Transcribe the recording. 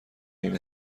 این